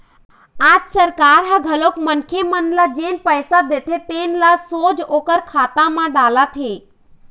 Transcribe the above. आज सरकार ह घलोक मनखे मन ल जेन पइसा देथे तेन ल सोझ ओखर खाता म डालत हे